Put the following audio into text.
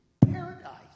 paradise